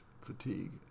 fatigue